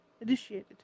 Initiated